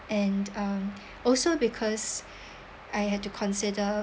and um also because I had to consider